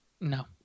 No